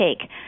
take